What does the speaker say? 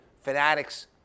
Fanatic's